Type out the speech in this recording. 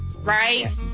right